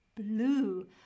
Blue